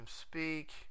speak